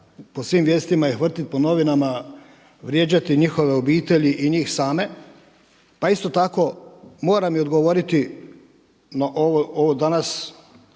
po svim vijestima ih vrtit po novinama, vrijeđati njihove obitelji i njih same. Pa isto tako moram i odgovoriti na ovo danas